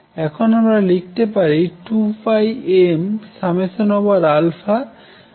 এখন আমরা লিখতে পারি 2πmddnnn α